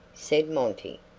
said monty,